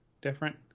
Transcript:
different